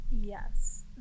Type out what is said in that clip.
yes